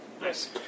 Nice